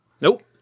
Nope